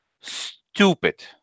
stupid